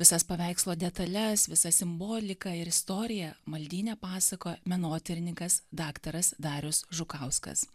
visas paveikslo detales visą simboliką ir istoriją maldyne pasakoja menotyrininkas daktaras darius žukauskas